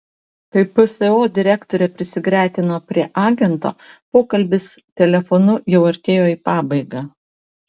kai pso direktorė prisigretino prie agento pokalbis telefonu jau artėjo į pabaigą